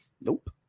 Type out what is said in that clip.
Nope